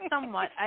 somewhat